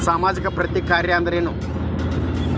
ಸಾಮಾಜಿಕ ಪ್ರಗತಿ ಕಾರ್ಯಾ ಅಂದ್ರೇನು?